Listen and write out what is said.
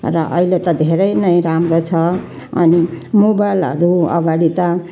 र अहिले त धेरै नै राम्रो छ अनि मोबाइलहरू अगाडि त